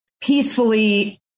peacefully